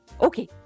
Okay